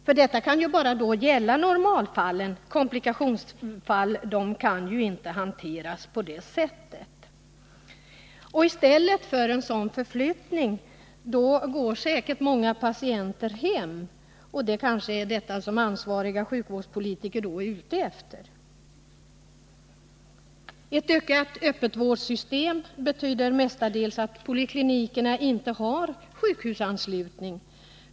För det kan här bara gälla normalfallen — komplikationsfallen kan inte hanteras på det sättet. I stället för att underkasta sig en sådan förflyttning går säkert många patienter hem, och det är kanske detta som ansvariga sjukvårdspolitiker är ute efter. Ett ökat öppenvårdssystem betyder mestadels att poliklinikerna inte har sjukhusanslutning.